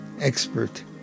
expert